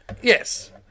yes